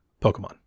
Pokemon